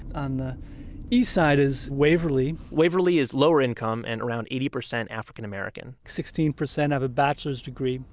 on the east side, is waverly, waverly is lower-income, and around eighty percent african-american, sixteen percent have a bachelor's degree,